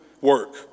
work